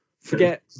Forget